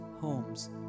homes